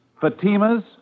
Fatimas